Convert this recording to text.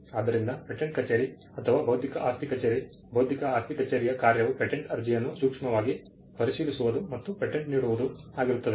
ಆದ್ದರಿಂದ ಪೇಟೆಂಟ್ ಕಚೇರಿ ಅಥವಾ ಬೌದ್ಧಿಕ ಆಸ್ತಿ ಕಚೇರಿ ಬೌದ್ಧಿಕ ಆಸ್ತಿ ಕಚೇರಿಯ ಕಾರ್ಯವು ಪೇಟೆಂಟ್ ಅರ್ಜಿಯನ್ನು ಸೂಕ್ಷ್ಮವಾಗಿ ಪರಿಶೀಲಿಸುವುದು ಮತ್ತು ಪೇಟೆಂಟ್ ನೀಡುವುದು ಆಗಿರುತ್ತದೆ